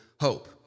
hope